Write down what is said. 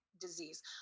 disease